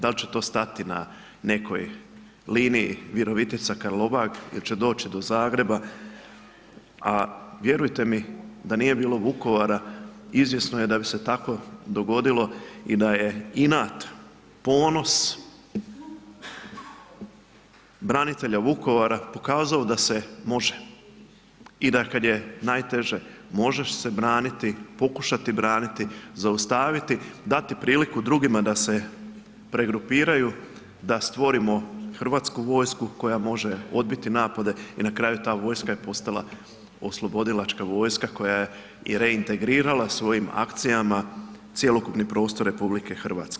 Da li će to stati na nekoj liniji Virovitica-Karlobag ili će doći do Zagreba, a vjerujte mi, da nije bilo Vukovara, izvjesno je da bi se tako dogodilo i da inat, ponos branitelja Vukovara pokazao da se može i da kad je najteže, možeš se braniti, pokušati braniti, zaustaviti, dati priliku drugima da se pregrupiraju da stvorimo hrvatsku vojsku koja može odbiti napade i na kraju ta vojska je postala oslobodilačka vojska koja je i reintegrirala svojim akcijama cjelokupni prostor RH.